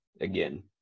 again